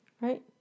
Right